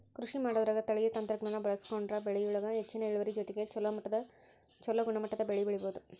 ಕೃಷಿಮಾಡೋದ್ರಾಗ ತಳೇಯ ತಂತ್ರಜ್ಞಾನ ಬಳಸ್ಕೊಂಡ್ರ ಬೆಳಿಯೊಳಗ ಹೆಚ್ಚಿನ ಇಳುವರಿ ಜೊತೆಗೆ ಚೊಲೋ ಗುಣಮಟ್ಟದ ಬೆಳಿ ಬೆಳಿಬೊದು